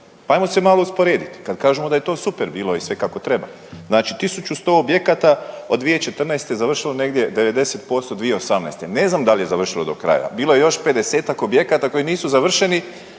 pa ajmo se malo usporediti. Kad kažemo da je to super bilo i sve kako treba. Znači 1 100 objekata od 2014. završeno negdje 90% 2018. Ne znam da li je završilo do kraja, bilo je još 50-tak objekata koji nisu završeni